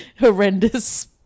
horrendous